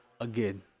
again